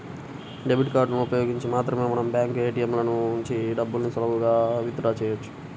debit కార్డులను ఉపయోగించి మాత్రమే మనం బ్యాంకు ఏ.టీ.యం ల నుంచి డబ్బుల్ని సులువుగా విత్ డ్రా చెయ్యొచ్చు